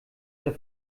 der